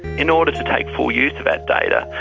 and order to take full use of that data,